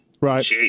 Right